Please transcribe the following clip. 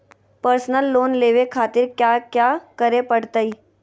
Personal loan लेवे खातिर कया क्या करे पड़तइ?